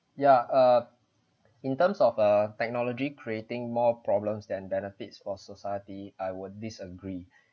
ya err in terms of uh technology creating more problems than benefits for society I would disagree